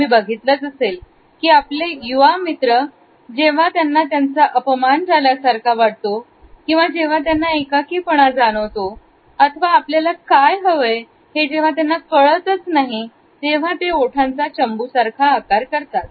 तुम्ही बघितलं असेल की आपल्या युवा मित्रांना तेव्हा आपला अपमान झाल्यासारखा वाटतो किंवा एकाकीपणा जाणवतो अथवा आपल्याला काय हवय हे त्यांना कळत नाही तेव्हा ते ओठांचा चंबु सारखा आकार करतात